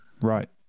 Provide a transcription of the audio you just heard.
right